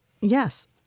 Yes